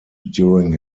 during